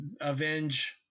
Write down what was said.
avenge